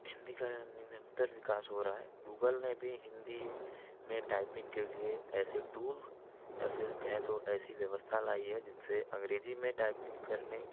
हिंदी का निरंतर विकास हो रहा है गूगल ने भी हिंदी में टाईपिंग के लिए ऐसे टूल या फिर कहें तो ऐसी व्यवस्था लाई हैं जिनसे अंग्रेजी में टाईपिंग करने